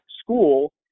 school